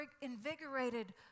invigorated